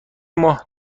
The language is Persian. ماه